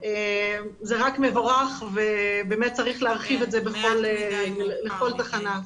זה רק מבורך ובאמת צריך להרחיב את זה לכל תחנה,